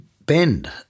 bend